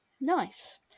Nice